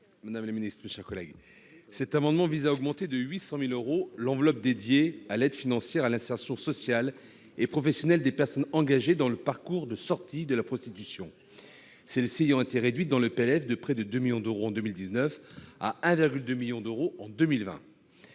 M. le rapporteur pour avis. Cet amendement vise à augmenter de 800 000 euros l'enveloppe dédiée à l'aide financière à l'insertion sociale et professionnelle des personnes engagées dans le parcours de sortie de la prostitution, qui est passée de près de 2 millions d'euros en 2019 à 1,2 million d'euros en 2020.